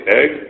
egg